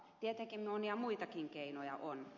tietenkin monia muitakin keinoja on